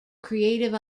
creative